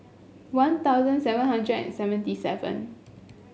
One Thousand seven hundred and seventy seven